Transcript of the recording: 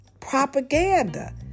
Propaganda